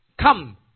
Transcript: come